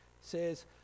says